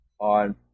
on